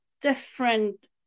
different